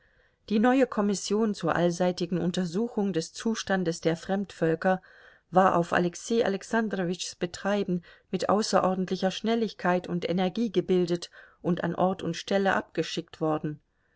die neue kommission zur allseitigen untersuchung des zustandes der fremdvölker war auf alexei alexandrowitschs betreiben mit außerordentlicher schnelligkeit und energie gebildet und an ort und stelle abgeschickt worden